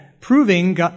proving